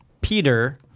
Peter